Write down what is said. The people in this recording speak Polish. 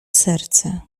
serce